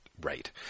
Right